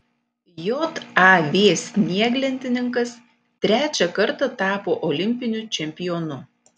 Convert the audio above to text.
jav snieglentininkas trečią kartą tapo olimpiniu čempionu